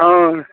ओ